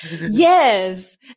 Yes